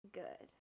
good